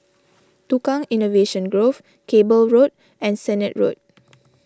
Tukang Innovation Grove Cable Road and Sennett Road